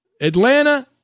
Atlanta –